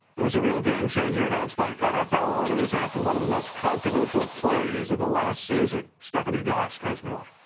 it was a real game changer announced by nfl owners after one of the most controversial plays of the last season. stephanie gosk has more.